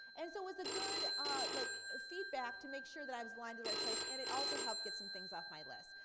and so it was a good ah like feedback to make sure that i was going to right place, and it also helped get some things off my list.